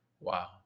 wow